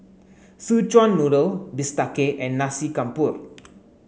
Szechuan noodle Bistake and Nasi Campur